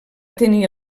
tenir